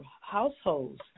households